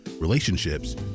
relationships